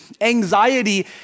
Anxiety